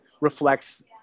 reflects